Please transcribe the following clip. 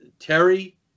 Terry